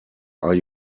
are